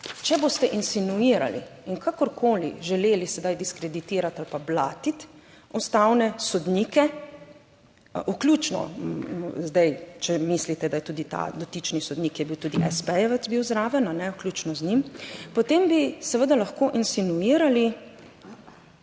če boste insinuirali in kakorkoli želeli sedaj diskreditirati ali pa blatiti ustavne sodnike, vključno zdaj, če mislite, da je tudi ta dotični sodnik je bil tudi espejevec bil zraven, vključno z njim, potem bi seveda lahko insinuirali